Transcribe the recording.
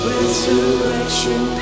Resurrection